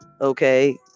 Okay